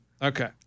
Okay